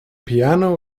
piano